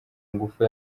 ngufu